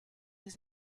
des